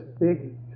big